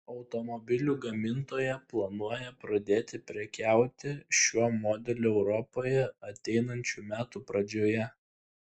automobilių gamintoja planuoja pradėti prekiauti šiuo modeliu europoje ateinančių metų pradžioje